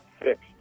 fixed